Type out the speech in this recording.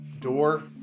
door